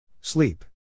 Sleep